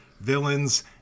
villains